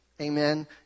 Amen